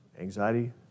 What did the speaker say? Anxiety